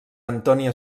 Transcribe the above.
antonio